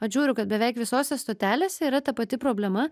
bet žiūriu kad beveik visose stotelėse yra ta pati problema